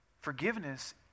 Forgiveness